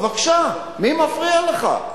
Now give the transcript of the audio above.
בבקשה, מי מפריע לך?